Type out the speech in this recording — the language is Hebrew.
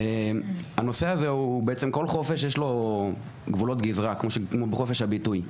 למעשה לכל חופש יש גבולות גזרה, כמו בחופש הביטוי.